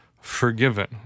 forgiven